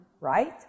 right